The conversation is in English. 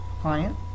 client